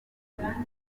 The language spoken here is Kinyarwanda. ibyaha